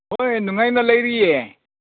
ꯑꯣꯏ ꯅꯨꯡꯉꯥꯏꯅ ꯂꯩꯔꯤꯌꯦ